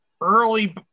early